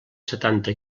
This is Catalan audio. setanta